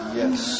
Yes